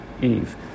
Eve